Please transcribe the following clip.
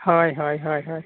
ᱦᱳᱭ ᱦᱳᱭ ᱦᱳᱭ ᱦᱳᱭ